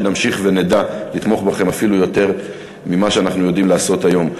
שנמשיך ונדע לתמוך בכם אפילו יותר ממה שאנחנו יודעים לעשות היום.